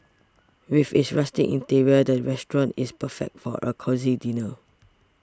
with its rustic interior the restaurant is perfect for a cosy dinner